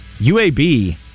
UAB